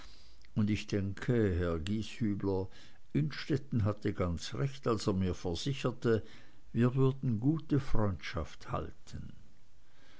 und ich denke herr gieshübler innstetten hatte ganz recht als er mir versicherte wir wurden gute freundschaft halten